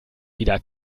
wieder